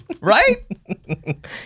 Right